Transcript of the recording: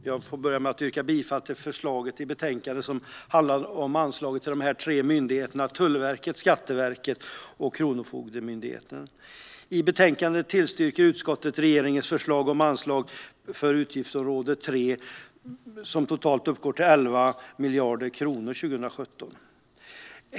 Herr talman! Jag börjar med att yrka bifall till förslaget i betänkandet om anslagen till de tre myndigheterna Tullverket, Skatteverket och Kronofogdemyndigheten. I betänkandet tillstyrker utskottet regeringens förslag om anslag för utgiftsområde 3 som totalt uppgår till 11 miljarder kronor 2017.